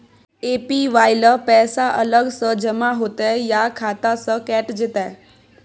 APY ल पैसा अलग स जमा होतै या खाता स कैट जेतै?